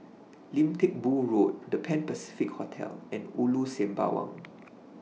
Lim Teck Boo Road The Pan Pacific Hotel and Ulu Sembawang